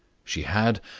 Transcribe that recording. she had,